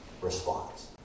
response